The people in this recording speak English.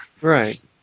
Right